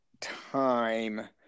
time